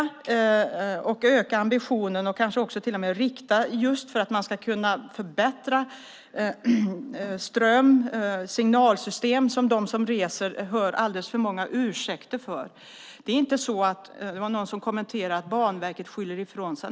Man måste öka ambitionen och kanske till och med rikta för att kunna förbättra ström och signalsystem, som de som reser hör alldeles för många ursäkter om. Det var någon som kommenterade att Banverket skyller ifrån sig.